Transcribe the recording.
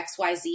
XYZ